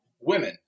women